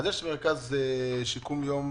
יש מרכז שיקום יום